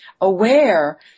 aware